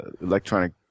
electronic